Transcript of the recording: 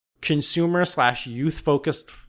consumer-slash-youth-focused